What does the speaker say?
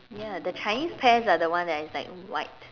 ya the Chinese pears are the one that is like white